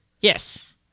Yes